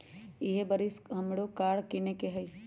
इहे बरिस हमरो कार किनए के हइ